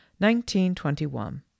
1921